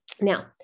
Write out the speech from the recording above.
Now